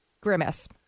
Grimace